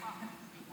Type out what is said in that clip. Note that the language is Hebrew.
זה הישג משמעותי.